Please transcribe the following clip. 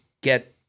get